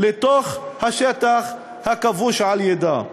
לתוך השטח הכבוש על-ידיה.